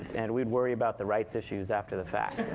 and we'd worry about the rights issues after the fact.